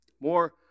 more